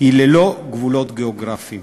היא ללא גבולות גיאוגרפיים.